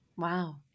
Wow